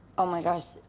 oh, my gosh.